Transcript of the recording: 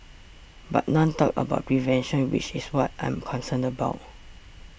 but none talked about prevention which is what I'm concerned about